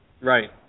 Right